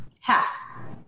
Half